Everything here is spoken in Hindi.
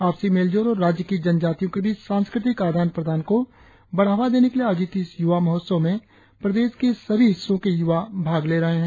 आपसी मेलजोल और राज्य की जनजातियों के बीच सांस्कृतिक आदान प्रदान को बढ़ावा देने के लिए आयोजित इस यूवा महोत्सव में प्रदेश के सभी हिस्सों के यूवा हिस्सा ले रहे है